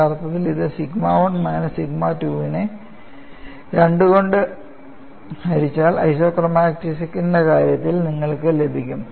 യഥാർത്ഥത്തിൽ ഇത് sigma 1 minus sigma 2 നെ 2 കൊണ്ട് ഹരിച്ചാൽ ഐസോക്രോമാറ്റിക്സിന്റെ കാര്യത്തിൽ നിങ്ങൾക്ക് ലഭിക്കും